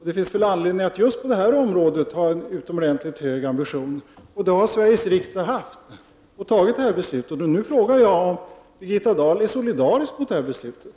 Det finns anledning att ha en utomordentligt hög ambition just på detta område, vilket också Sveriges riksdag har haft genom att fatta detta beslut. Nu frågar jag om Birgitta Dahl är solidarisk med beslutet.